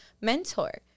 mentor